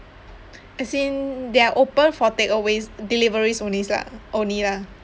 as in they are open for takeaways deliveries lah only lah